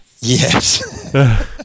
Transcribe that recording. Yes